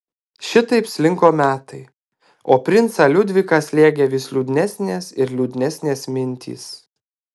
šitaip slinko metai o princą liudviką slėgė vis liūdnesnės ir liūdnesnės mintys